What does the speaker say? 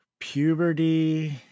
puberty